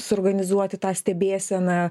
suorganizuoti tą stebėseną